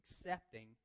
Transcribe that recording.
accepting